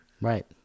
Right